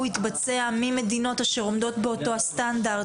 יתבצע ממדינות שעומדות באותו הסטנדרט.